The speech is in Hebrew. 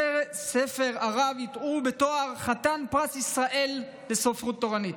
ספרי הרב עיטרוהו בתואר חתן פרס ישראל לספרות תורנית.